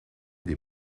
des